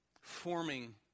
forming